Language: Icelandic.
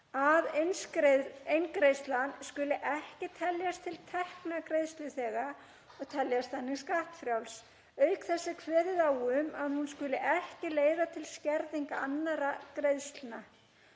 að eingreiðslan skuli ekki teljast til tekna greiðsluþega og teljast þannig skattfrjáls. Auk þess er kveðið á um að hún skuli ekki leiða til skerðingar annarra greiðslna.